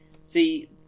See